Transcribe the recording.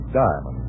diamond